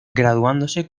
graduándose